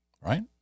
Right